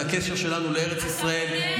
זה הקשר שלנו לארץ ישראל,